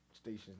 Station's